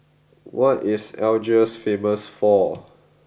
what is Algiers famous for